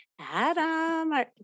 Adam